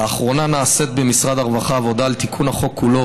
לאחרונה נעשית במשרד הרווחה עבודה על תיקון החוק כולו,